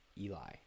Eli